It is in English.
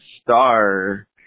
Star